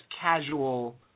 casual